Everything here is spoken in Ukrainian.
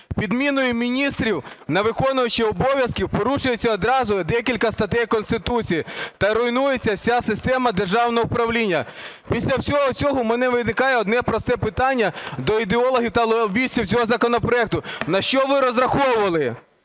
Підміною міністрів на виконуючих обов'язки порушується одразу декілька статей Конституції та руйнується вся система державного управління. Після всього цього у мене виникає одне просте питання до ідеологів та лобістів цього законопроекту. На що ви розраховували,